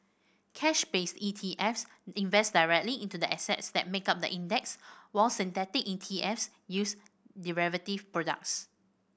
cash based E T Fs invest directly into the assets that make up the index while synthetic E T Fs use derivative products